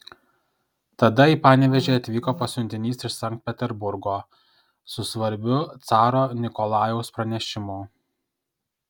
tada į panevėžį atvyko pasiuntinys iš sankt peterburgo su svarbiu caro nikolajaus pranešimu